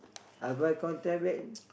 I will buy contraband